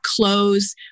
clothes